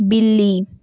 ਬਿੱਲੀ